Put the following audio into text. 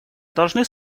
должны